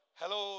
hello